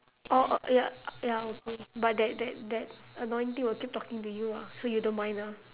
or a ya ya okay but that that that annoying thing will keep talking to you ah so you don't mind ah